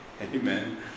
Amen